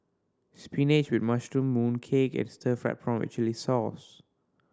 spinach with mushroom mooncake and stir fried prawn with chili sauce